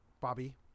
bobby